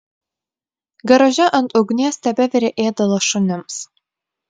garaže ant ugnies tebevirė ėdalas šunims